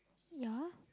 ya